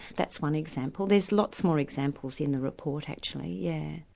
that's one example. there's lots more examples in the report actually, yeah